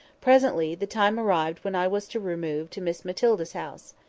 presently, the time arrived when i was to remove to miss matilda's house.